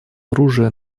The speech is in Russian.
оружия